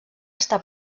està